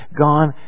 gone